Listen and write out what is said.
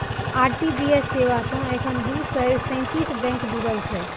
RTGS सेवा सं एखन दू सय सैंतीस बैंक जुड़ल छै